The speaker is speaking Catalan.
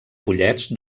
pollets